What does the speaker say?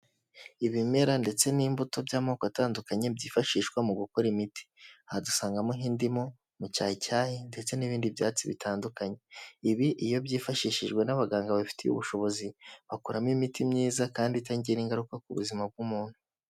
Ibimera ndetse n'imbuto by'amoko atandukanye byifashishwa mu gukora imiti, aha dusangamo nk'indimu, umucyayicyayi ndetse n'ibindi byatsi bitandukanye, ibi iyo byifashishijwe n'abaganga babifitiye ubushobozi bakuramo imiti myiza kandi itagira ingaruka ku buzima bw'umuntu.